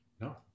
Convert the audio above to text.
no